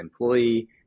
employee